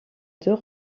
deux